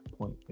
point